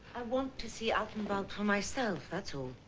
i want to see altenwald for myself that's all.